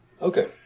Okay